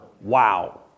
Wow